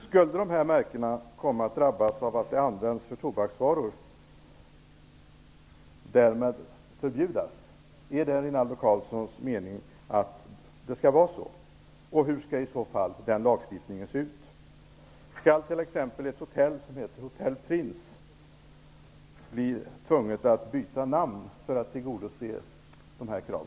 Skulle då dessa märken komma att drabbas av att de används för tobaksvaror och därmed förbjudas? Är det Rinaldo Karlssons mening att det skall vara så? Hur skall i så fall den lagstiftningen se ut? Skall t.ex. ett hotell som heter Hotell Prince tvingas att byta namn för att tillgodose dessa krav?